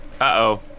Uh-oh